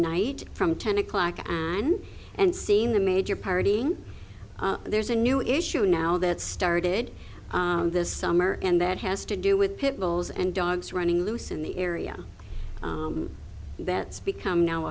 night from ten o'clock on and seeing the major party there's a new issue now that started this summer and that has to do with pit bulls and dogs running loose in the area that's become now